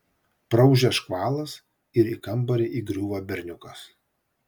praūžia škvalas ir į kambarį įgriūva berniukas